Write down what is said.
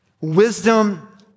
wisdom